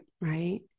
right